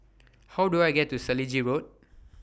How Do I get to Selegie Road